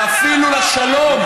שאפילו לשלום,